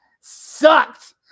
sucked